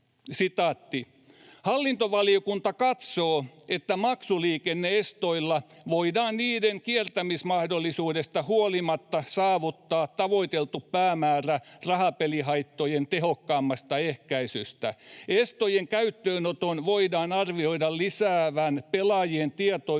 ”Hallintovaliokunta katsoo, että maksuliikenne-estoilla voidaan niiden kiertämismahdollisuudesta huolimatta saavuttaa tavoiteltu päämäärä rahapelihaittojen tehokkaammasta ehkäisystä. Estojen käyttöönoton voidaan arvioida lisäävän pelaajien tietoisuutta